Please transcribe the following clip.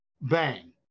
bang